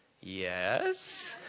Yes